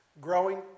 growing